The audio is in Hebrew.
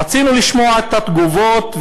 רצינו לשמוע את התגובות,